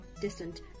distant